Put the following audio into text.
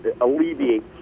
alleviate